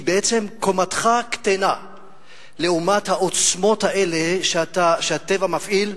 בעצם, קומתך קטנה לעומת העוצמות האלה שהטבע מפעיל.